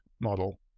model